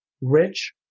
rich